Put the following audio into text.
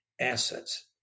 assets